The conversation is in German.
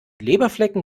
leberflecken